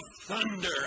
thunder